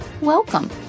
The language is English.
welcome